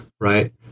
right